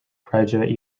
graduate